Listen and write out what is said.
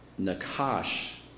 Nakash